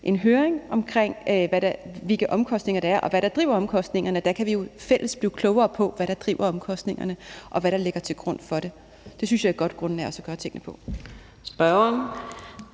en høring om, hvilke omkostninger der er, og hvad der driver omkostningerne, og hvor vi i fællesskab kan blive klogere på, hvad der driver omkostningerne, og hvad der ligger til grund for det. Det synes jeg også er et godt grundlag at gøre tingene på.